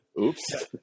Oops